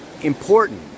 important